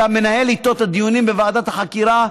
אתה מנהל איתו את הדיונים בוועדת החקירה,